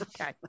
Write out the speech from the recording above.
Okay